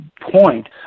point